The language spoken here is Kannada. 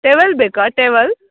ಟೆವೆಲ್ ಬೇಕಾ ಟೆವಲ್